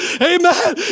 Amen